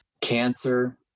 cancer